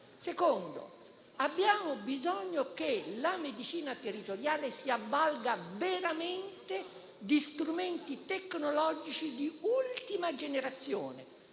luogo abbiamo bisogno che la medicina territoriale si avvalga veramente di strumenti tecnologici di ultima generazione.